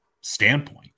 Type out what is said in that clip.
standpoint